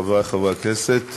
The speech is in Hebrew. חברי חברי הכנסת,